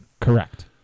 Correct